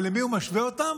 ולמי הוא משווה אותם?